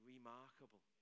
remarkable